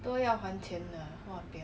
[what] or I can come